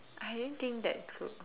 I didn't think that through